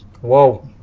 Whoa